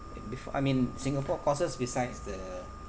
before I mean singapore courses besides the